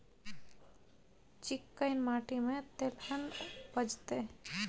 चिक्कैन माटी में तेलहन उपजतै?